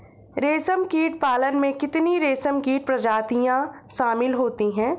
रेशमकीट पालन में कितनी रेशमकीट प्रजातियां शामिल होती हैं?